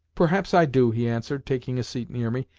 perhaps i do, he answered, taking a seat near me.